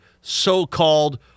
so-called